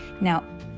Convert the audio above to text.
now